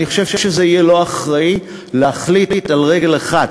אני חושב שזה יהיה לא אחראי להחליט על רגל אחת